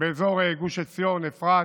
באזור גוש עציון, אפרת.